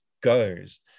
goes